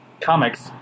Comics